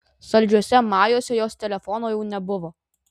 saldžiuose majuose jos telefono jau nebuvo